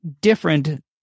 different